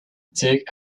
took